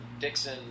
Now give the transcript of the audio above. Dixon